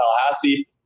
Tallahassee